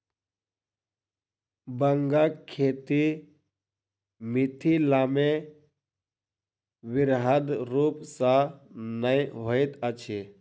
बांगक खेती मिथिलामे बृहद रूप सॅ नै होइत अछि